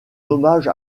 hommage